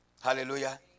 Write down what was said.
Hallelujah